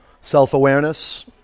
Self-awareness